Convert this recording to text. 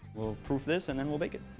we'll proof this, and then we'll bake it.